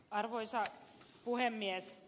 arvoisa puhemies